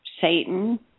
Satan